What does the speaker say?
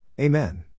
Amen